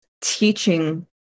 teaching